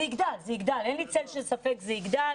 זה יגדל, אין לי צל של ספק, זה יגדל.